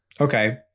Okay